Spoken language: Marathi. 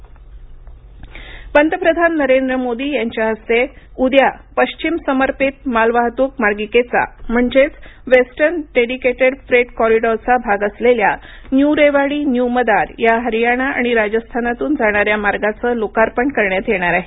फ्रेट कॉरिडॉर पंतप्रधान नरेंद्र मोदी यांच्या हस्ते उद्या पश्विम समर्पित मालवाहतूक मार्गिकेचा म्हणजेच वेस्टर्न डेडिकेटेड फ्रेट कॉरिडॉरचा भाग असलेल्या न्यू रेवाडी न्यू मदार या हरियाणा आणि राजस्थानातून जाणाऱ्या मार्गाचं लोकार्पण करण्यात येणार आहे